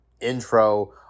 intro